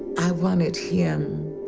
i wanted him.